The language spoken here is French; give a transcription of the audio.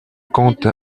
compte